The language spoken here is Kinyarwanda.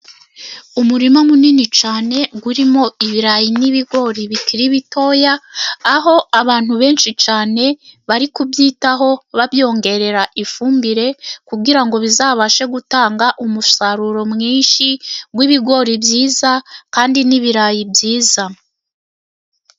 Umurima munini cyane urimo ibirayi n'ibigori bikiri bitoya, aho abantu benshi cyane bari kubyitaho babyongerera ifumbire, kugira ngo bizabashe gutanga umusaruro mwinshi, w'ibigori byiza kandi n'ibirayi byiza.